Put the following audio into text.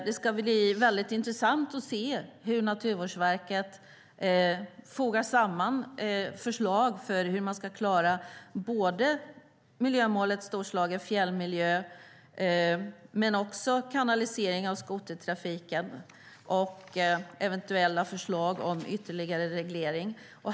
Det ska bli intressant att se hur Naturvårdsverket fogar samman förslag för hur man ska klara miljömålet Storslagen fjällmiljö, kanalisera skotertrafiken och eventuella förslag om ytterligare reglering.